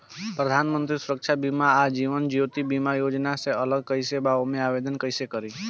प्रधानमंत्री सुरक्षा बीमा आ जीवन ज्योति बीमा योजना से अलग कईसे बा ओमे आवदेन कईसे करी?